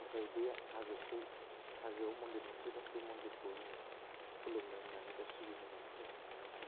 जाय बे हाजोखौ हाजोआव मन्दिर मोनसे दं बे मन्दिरखौ जों खुलुमनो होननानै बा सिबिनो होननानै जों थाङो आरो